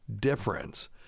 difference